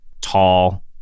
Tall